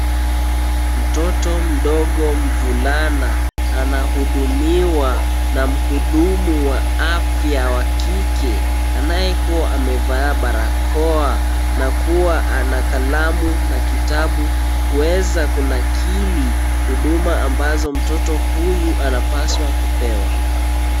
Mtoto mdogo mvulana anahudumiwa na muhudumu wa afya wa kike, anayekuwa amevaa barakoa na kuwa ana kalamu na kitabu, kuweza kunakili huduma ambazo mtoto huyu anapaswa kupewa.